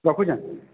ରଖୁଛେ